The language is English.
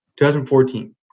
2014